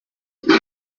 iki